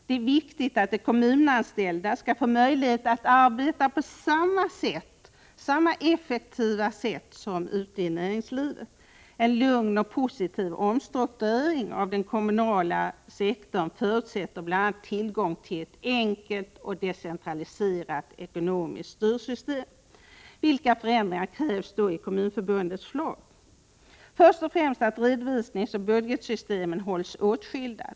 Det är viktigt att de kommunanställda får möjlighet att arbeta på samma effektiva sätt som tillämpas ute i näringslivet. En lugn och positiv omstrukturering av den kommunala sektorn förutsätter bl.a. tillgång till ett enkelt och decentraliserat ekonomiskt styrsystem. Vilka förändringar krävs då? Först och främst krävs att redovisningsoch budgetsystemen hålls åtskilda.